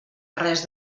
res